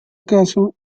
caso